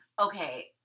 Okay